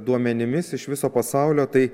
duomenimis iš viso pasaulio tai